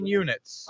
units